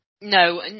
No